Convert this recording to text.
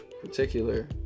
particular